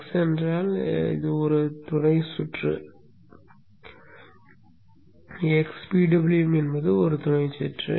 x என்றால் இது துணை சுற்று x PWM என்பது துணை சுற்று